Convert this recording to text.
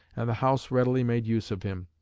and the house readily made use of him.